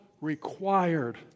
required